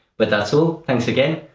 but that's all. thanks again!